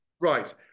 Right